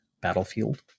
battlefield